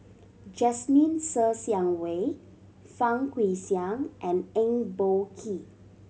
Jasmine Ser Xiang Wei Fang Guixiang and Eng Boh Kee